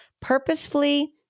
purposefully